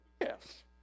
Yes